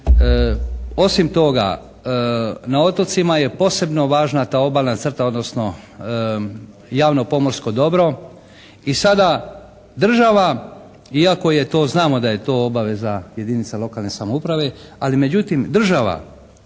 osim toga na otocima je posebno važna ta obalna crta odnosno javno pomorsko dobro. I sada država iako je to, znamo da je to obaveza jedinica lokalne samouprave. Ali međutim država